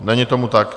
Není tomu tak.